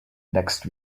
next